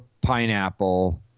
pineapple